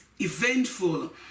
eventful